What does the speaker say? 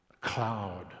cloud